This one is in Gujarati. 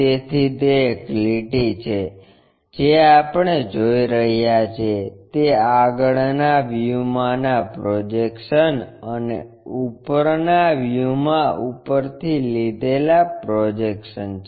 તેથી તે એક લીટી છે જે આપણે જોઈ રહ્યા છીએ તે આગળના વ્યૂમાંના પ્રોજેક્શન્સ અને ઉપરના વ્યુમાં ઉપરથી લીધેલા પ્રોજેક્શન છે